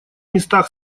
местах